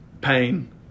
pain